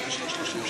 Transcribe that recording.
הם שונים?